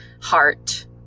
heart